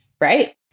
Right